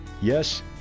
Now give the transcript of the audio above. Yes